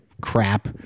crap